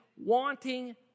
wanting